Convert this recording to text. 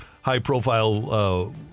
high-profile